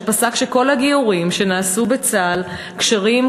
שפסק שכל הגיורים שנעשו בצה"ל כשרים,